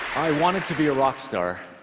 i wanted to be a rock star.